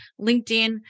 LinkedIn